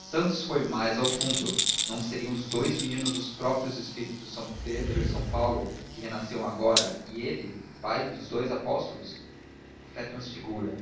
santos foi mais ao fundo não seriam os dous meninos os próprios espíritos de são pedro e de são paulo que renasciam agora e ele pai dos dous apóstolos a fé transfigura